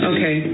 Okay